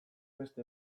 beste